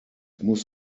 muss